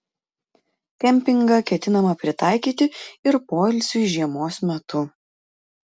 kempingą ketinama pritaikyti ir poilsiui žiemos metu